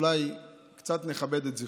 אולי קצת נכבד את זכרו.